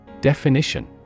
Definition